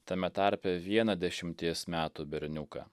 tame tarpe vieną dešimties metų berniuką